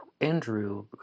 Andrew